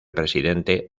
presidente